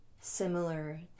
similar